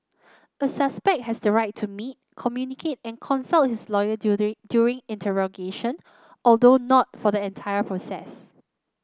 a suspect has the right to meet communicate and consult his lawyer during during interrogation although not for the entire process